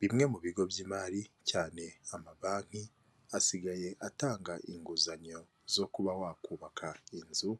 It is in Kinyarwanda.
Bimwe mu bigo by'imari cyane amabanki asigaye atanga inguzanyo zo kuba wakubaka inzu,